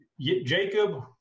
Jacob